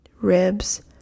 ribs